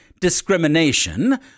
discrimination